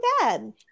bad